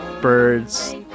Birds